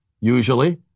usually